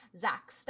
Zach